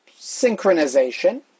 synchronization